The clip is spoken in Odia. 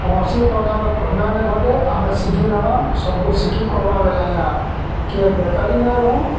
କୌଣସି ପ୍ରକାର ଘଟଣା ନେ ଘଟେ ଆମେ ଶିକ୍ଷିତ ହେମା ସବ୍କୁ ଶିକ୍ଷିତ୍ କର୍ମା ବେଲେ ଆଜ୍ଞା କିଏ ବେକାରୀ ନାଇଁ ରହୁ